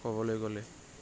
ক'বলৈ গ'লে